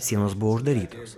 sienos buvo uždarytos